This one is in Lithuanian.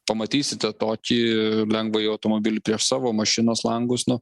pamatysite tokį lengvąjį automobilį prieš savo mašinos langus nu